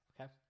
okay